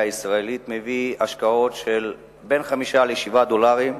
הישראלית מביא השקעות של בין 5 ל-7 דולרים.